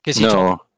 No